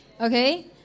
Okay